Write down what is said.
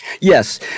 Yes